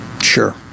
Sure